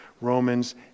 Romans